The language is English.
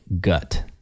gut